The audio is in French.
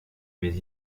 mais